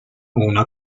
una